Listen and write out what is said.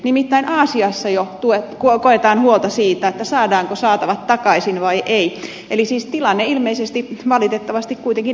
nimittäin aasiassa jo koetaan huolta siitä saadaanko saatavat takaisin vai ei eli siis tilanne ilmeisesti valitettavasti kuitenkin eskaloituu